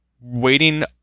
waiting